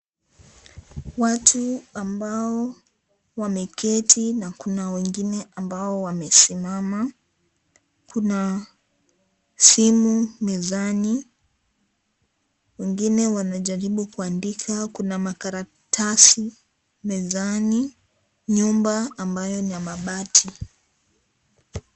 Watu ambao wameketi na kuna wengine ambao wame simama, kuna simu mezani wengine wanajaribu kuandika kuna makaratasi mezani nyumba ambayo ni ya mabati.